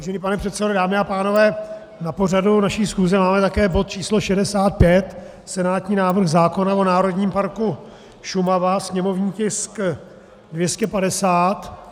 Vážený pane předsedo, dámy a pánové, na pořadu naší schůze máme také bod číslo 65, senátní návrh zákona o Národním parku Šumava, sněmovní tisk 250.